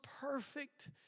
perfect